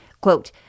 Quote